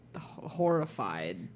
horrified